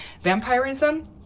vampirism